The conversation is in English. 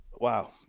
wow